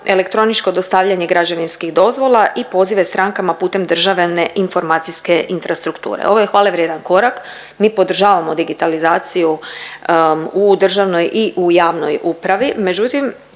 elektroničko dostavljanje građevinskih dozvola i pozive strankama putem državne informacijske infrastrukture. Ovo je hvalevrijedan korak, mi podržavamo digitalizaciju u državnoj i u javnoj upravi,